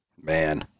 Man